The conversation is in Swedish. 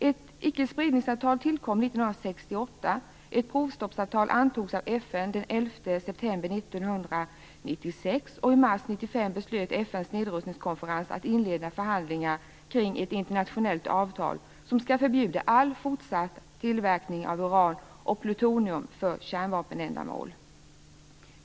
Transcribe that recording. Ett icke-spridningsavtal tillkom 11 september 1996, och i mars 1995 beslutade FN:s nedrustningskonferens att inleda förhandlingar kring ett internationellt avtal som skall förbjuda all fortsatt tillverkning av uran och plutonium för kärnvapenändamål.